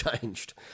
changed